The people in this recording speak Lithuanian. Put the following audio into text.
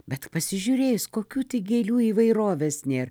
bet pasižiūrėjus kokių tik gėlių įvairovės nėr